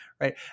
right